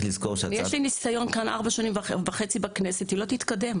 ויש לי ניסיון של ארבע וחצי שנים בכנסת היא לא תתקדם.